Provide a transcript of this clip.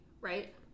right